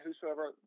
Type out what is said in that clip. whosoever